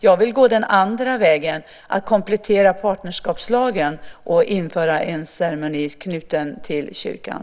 Jag vill gå den andra vägen, nämligen att komplettera partnerskapslagen och införa en ceremoni knuten till kyrkan.